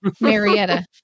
Marietta